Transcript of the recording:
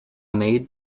maid